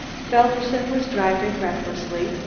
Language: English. felderson was driving recklessly,